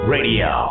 Radio